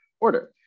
order